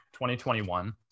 2021